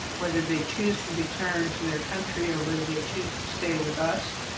whether they choose to return to their country or whether they choose to stay with us,